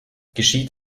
geschieht